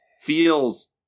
feels